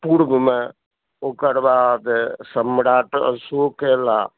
पूर्वमे ओकरबाद सम्राट अशोक एला